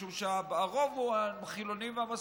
משום שהרוב הוא החילוניים והמסורתיים,